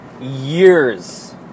years